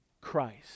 Christ